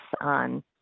on